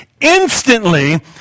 Instantly